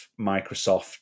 Microsoft